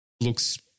looks